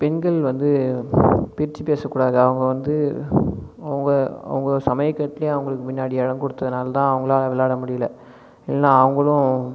பெண்கள் வந்து பிரித்து பேச கூடாது அவங்க வந்து அவங்க அவங்க சமையக்கட்டிலயே அவங்களுக்கு முன்னாடி இடம் கொடுத்ததுனால தான் அவங்களால் விளாட முடியலை இல்லைனா அவங்களும்